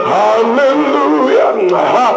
hallelujah